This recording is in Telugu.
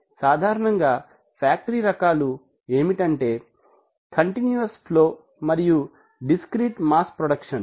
సాధారణముగా ఫ్యాక్టరీ రకాలు ఏమిటంటే కంటిన్యూస్ ఫ్లో మరియు డిస్క్రీట్ మాస్ ప్రొడక్షన్స్